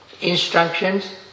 instructions